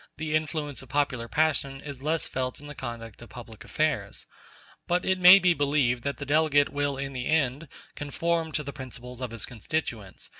the influence of popular passion is less felt in the conduct of public affairs but it may be believed that the delegate will in the end conform to the principles of his constituents,